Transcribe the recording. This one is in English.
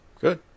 Good